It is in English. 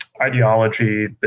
ideology